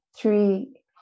three